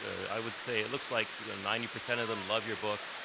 i would say it looks like ninety percent of them love your book,